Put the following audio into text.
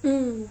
mm